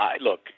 look